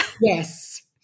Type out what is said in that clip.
Yes